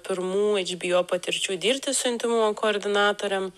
pirmų eičbijo patirčių dirbti su intymumo koordinatorėm